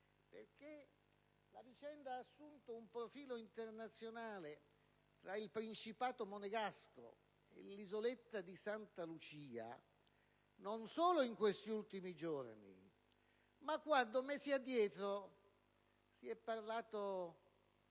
infatti, ha assunto un profilo internazionale tra il Principato monegasco e l'isoletta di Santa Lucia non solo in questi ultimi giorni, ma quando, mesi addietro, si è parlato